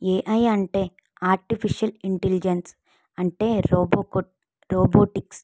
AI అంటే artificial intelligents అంటే robo robotics